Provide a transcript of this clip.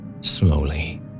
slowly